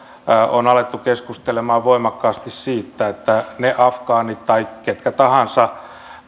on alettu keskustelemaan voimakkaasti siitä että afgaanien tai keiden tahansa